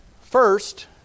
First